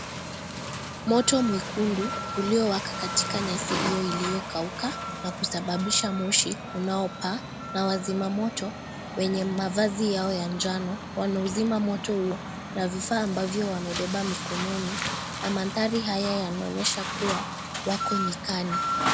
Moto mwekundu, uliowaka katika nyasi hio iliokauka na kusababisha mosi unaopaa ,na wazima moto wenye mavazi yao ya njano, wanauzima moto huo na vifaa ambavyo wamebeba mikononi na manthari haya yanaonyesha kuwa wako nyikani.